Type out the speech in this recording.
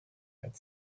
had